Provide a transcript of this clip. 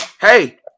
hey